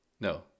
No